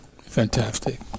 Fantastic